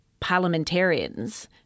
parliamentarians